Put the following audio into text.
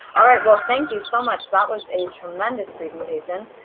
all right, well thank you so much. that was a tremendous presentation.